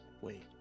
Wait